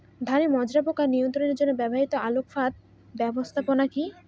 ধানের মাজরা পোকা নিয়ন্ত্রণের জন্য ব্যবহৃত আলোক ফাঁদ ব্যবস্থাপনা কি?